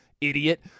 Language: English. idiot